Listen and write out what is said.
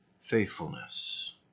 faithfulness